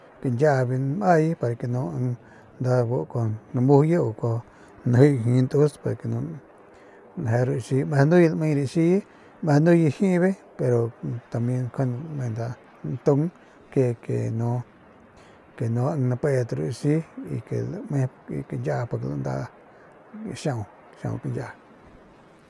Nda kañkia biu nmaay pa ke nu nda bu kuajau namujuye u no najiy kañjiuy ntus pa nu nje ru raxi meje nuye lameye ru raxiye meje nuye jibe pero tambien njuande me nda ntung ke ke no ke no ing napeut ru raxi y ke lame kañkia pik ndaa xiau xiau kañkia.